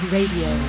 Radio